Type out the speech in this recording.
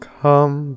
come